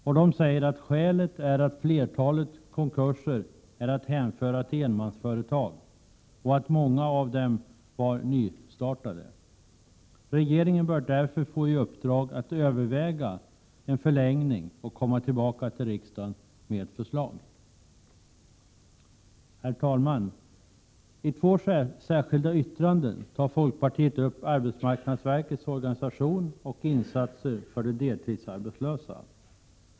Skälet är enligt högskolan att flertalet konkurser är att hänföra till enmansföretag och att många av dem var nystartade. Regeringen bör därför få i uppdrag att överväga en förlängning och komma tillbaka till riksdagen med förslag. Herr talman! I två särskilda yttranden tar folkpartiet upp arbetsmarknadsverkets organisation och insatser för de deltidsarbetslösa.